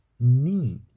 need